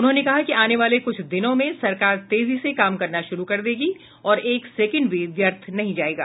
उन्होंने कहा कि आने वाले कुछ दिनों में सरकार तेजी से काम करना शुरू कर देगी और एक सेकेंड भी व्यर्थ नहीं किया जाएगा